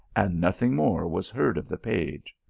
and nothing more was heard of the page.